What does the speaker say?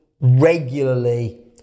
regularly